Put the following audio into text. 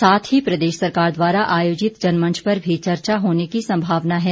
साथ ही प्रदेश सरकार द्वारा आयोजित जनमंच पर भी चर्चा होने की संभावना है